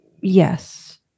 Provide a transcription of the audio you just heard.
yes